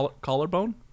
Collarbone